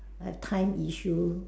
I have time issue